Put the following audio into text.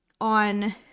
on –